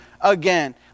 again